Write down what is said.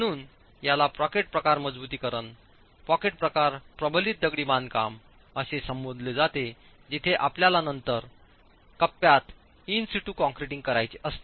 म्हणून याला पॉकेट प्रकार मजबुतीकरण पॉकेट प्रकार प्रबलित दगडी बांधकाम असे संबोधले जाते जिथे आपल्याला नंतर कप्प्यात इन सीटू कॉन्ट्रॅक्टिंग करायचे असते